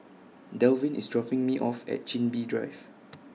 Dalvin IS dropping Me off At Chin Bee Drive